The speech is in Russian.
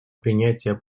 принятия